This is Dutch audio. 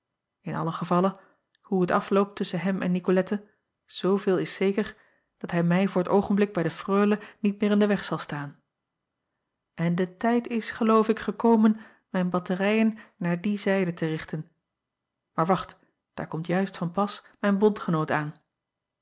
n allen gevalle hoe t afloopt tusschen hem en icolette zooveel is zeker dat hij mij voor t oogenblik bij de reule niet meer in den weg zal staan en de tijd is geloof ik gekomen mijn batterijen naar die zijde te richten aar wacht daar komt juist van pas mijn bondgenoot aan